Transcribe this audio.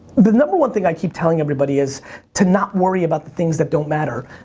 the number one thing i keep telling everybody is to not worry about the things that don't matter.